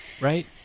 right